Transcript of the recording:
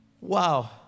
wow